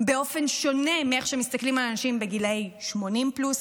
באופן שונה מאיך שמסתכלים על אנשים בגילי 80 פלוס.